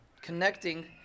connecting